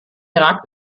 irak